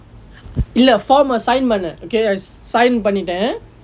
இல்லை:illai form ah sign பனேன்:panen okay I sign பண்ணிட்டேன்:panniten